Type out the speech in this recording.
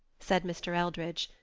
said mr. eldridge,